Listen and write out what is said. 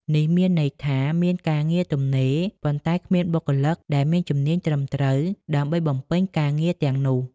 នេះមានន័យថា មានការងារទំនេរ ប៉ុន្តែគ្មានបុគ្គលិកដែលមានជំនាញត្រឹមត្រូវដើម្បីបំពេញការងារទាំងនោះ។